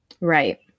Right